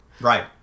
Right